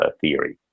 theory